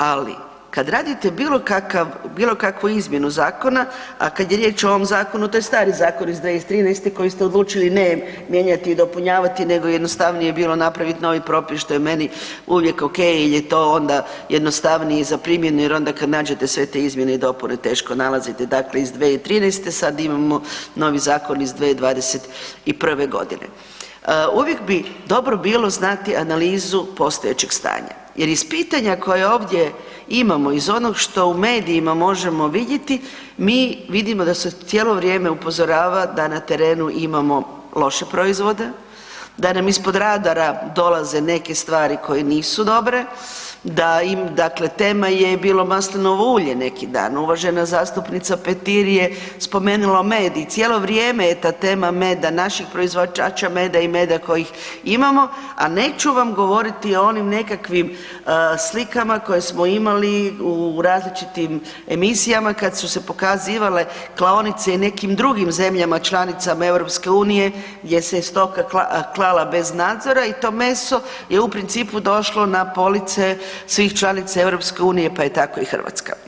Ali, kad radite bilo kakvu izmjenu zakona, a kad je riječ o ovom zakonu, to je stari zakon iz 2013. koji ste odlučili ne mijenjati i dopunjavati nego je jednostavnije bilo napraviti novi propis, što je meni uvijek okej jer je to onda jednostavnije za primjenu jer onda kad nađete sve te izmjene i dopune, teško nalazite, dakle iz 2013., sad imamo novi zakon iz 2021. g. Uvijek bi dobro bilo znati analizu postojećeg stanja jer iz pitanja koje ovdje imamo iz onog što u medijima možemo vidjeti mi vidimo da se cijelo vrijeme upozorava da na terenu imamo loše proizvode, da nam ispod radara dolaze neke stvari koje nisu dobre, da, dakle tema je bilo maslinovo ulje neki dan, uvažena zastupnica Petir je spomenula med i cijelo vrijeme je ta tema meda, naših proizvođača meda i meda kojih imamo, a neću vam govoriti o onim nekakvim slikama koje smo imali u različitim emisijama kad su se pokazivale klaonice i u nekim drugim zemljama članicama EU gdje se je stoka klala bez nadzora i to meso je u principu došlo na police svih članica EU, pa je tako i Hrvatska.